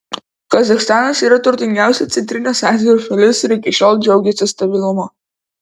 kazachstanas yra turtingiausia centrinės azijos šalis ir iki šiol džiaugėsi stabilumu